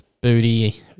booty